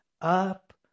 up